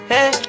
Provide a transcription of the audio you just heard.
Hey